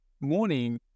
morning